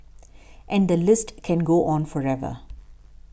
and the list can go on forever